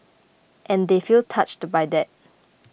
and they feel touched by that